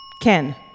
Ken